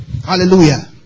Hallelujah